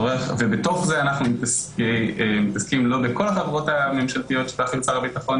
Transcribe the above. ובתוך זה אנחנו מתעסקים לא בכל חברות הממשלתיות שתחת משרד הביטחון,